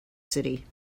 city